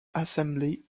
assembly